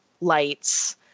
lights